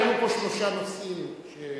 היו פה שלושה נושאים שונים.